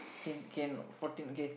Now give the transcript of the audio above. fifteen can fourteen okay